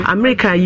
America